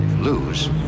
Lose